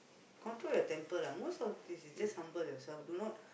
control your temper lah most of this is just humble yourself do not